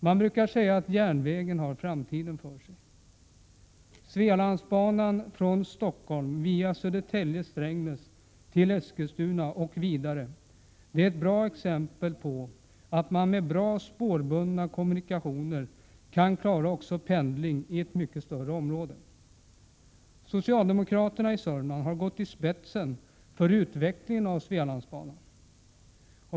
Man brukar säga att järnvägen har framtiden för sig. Svealandsbanan från Stockholm via Södertälje och Strängnäs till Eskilstuna och vidare är ett bra exempel på att man med goda, spårbundna kommunikationer kan klara pendling också i ett mycket större område. Vi socialdemokrater i Södermanland har gått i spetsen för utvecklingen av Svealandsbanan.